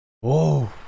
whoa